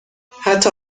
حتی